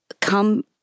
Come